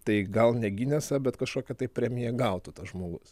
tai gal ne ginesą bet kažkokią premiją gautų tas žmogus